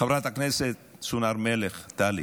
חברות הכנסת סון הר מלך, טלי.